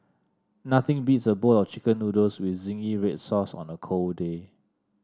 nothing beats a bowl of chicken noodles with zingy red sauce on a cold day